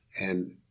and-